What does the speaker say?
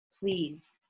please